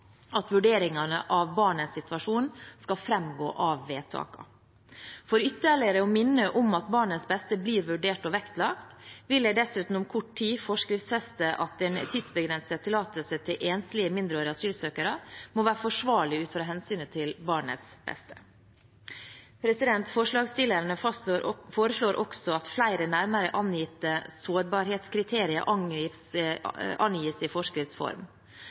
at vurderingene av barnets situasjon skal framgå av vedtakene. For ytterligere å minne om at barnets beste blir vurdert og vektlagt, vil jeg dessuten om kort tid forskriftsfeste at en tidsbegrenset tillatelse til enslige mindreårige asylsøkere må være forsvarlig ut fra hensynet til barnets beste. Forslagsstillerne foreslår også at flere nærmere angitte sårbarhetskriterier angis i